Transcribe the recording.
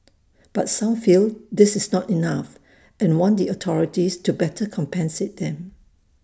but some feel this is not enough and want the authorities to better compensate them